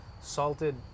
salted